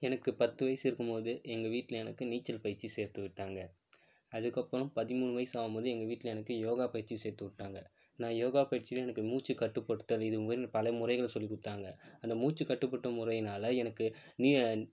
எனக்குப் பத்து வயசு இருக்கும்போது எங்கள் வீட்டில் எனக்கு நீச்சல் பயிற்சி சேர்த்து விட்டாங்க அதுக்கப்புறம் பதிமூணு வயது ஆகும்போது எங்கள் வீட்டில் எனக்கு யோகா பயிற்சி சேர்த்து விட்டாங்க நான் யோகா பயிற்சியில் நான் மூச்சு கட்டுப்படுத்தல் இது முதல் பலமுறைகளில் சொல்லிக் கொடுத்தாங்க அந்த மூச்சு கட்டுப்பட்டு முறைனாலே எனக்கு நீயா